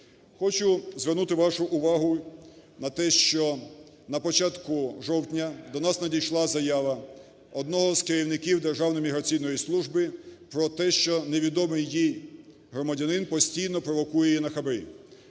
Хочу звернути вашу увагу на те, що на початку жовтня до нас надійшла заява одного з керівників Державної міграційної служби про те, що невідомий їй громадянин постійно провокує її на хабарі.